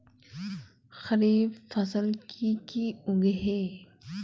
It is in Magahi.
खरीफ फसल की की उगैहे?